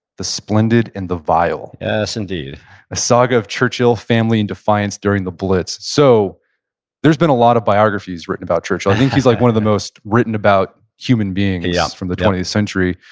the splendid and the vile yes, indeed a saga of churchill, family and defiance during the blitz. so there's been a lot of biographies written about churchill. i think he's like one of the most written about human beings from the twentieth century.